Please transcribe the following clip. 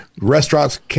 restaurants